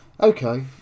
Okay